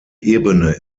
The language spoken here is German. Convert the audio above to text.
ebene